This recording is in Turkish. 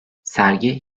sergi